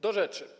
Do rzeczy.